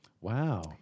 Wow